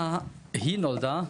היא נולדה,